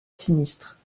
sinistre